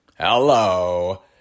Hello